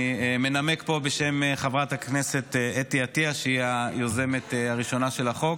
אני מנמק פה בשם חברת הכנסת אתי עטייה שהיא היוזמת הראשונה של החוק.